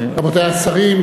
רבותי השרים,